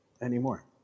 anymore